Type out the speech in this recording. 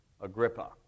Agrippa